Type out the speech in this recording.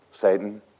Satan